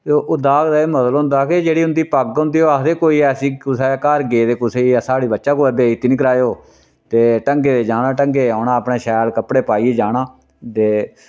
ते ओह् दाग दा एह् मतलब होंदा के जेह्ड़ी उंदी पग्ग होंदी ओह् आखदे ओह् कुसै दे घर गेदी कुतै साढ़ी बच्चा कुतै बेस्ती नी कराएओ ते ढंगै दे जाना ढंगै दे औना अपने शैल कपड़े पाइयै जाना ते